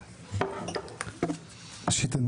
ראשית,